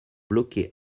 bloqués